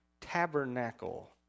tabernacle